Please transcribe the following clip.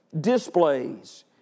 displays